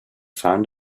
found